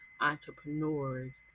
entrepreneurs